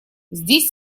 здесь